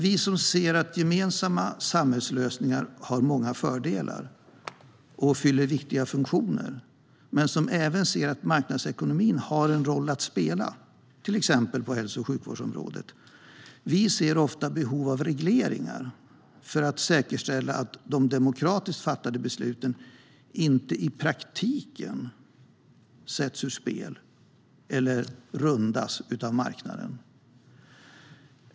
Vi som ser att gemensamma samhällslösningar har många fördelar och fyller viktiga funktioner men även att marknadsekonomin har en roll att spela, till exempel på hälso och sjukvårdsområdet, ser ofta behov av regleringar för att säkerställa att de demokratiskt fattade besluten inte i praktiken sätts ur spel eller rundas av marknaden.